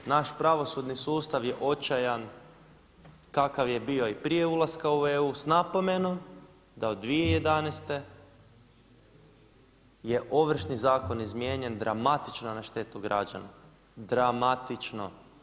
Naš pravosudni sustav je očajan, kakav je bio i prije ulaska u EU s napomenom da od 2011. je Ovršni zakon izmijenjen dramatično na štetu građana, dramatično.